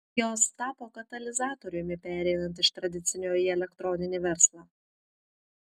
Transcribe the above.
jos tapo katalizatoriumi pereinant iš tradicinio į elektroninį verslą